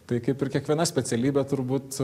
tai kaip ir kiekviena specialybė turbūt